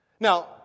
Now